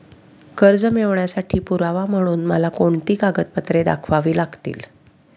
कर्ज मिळवण्यासाठी पुरावा म्हणून मला कोणती कागदपत्रे दाखवावी लागतील?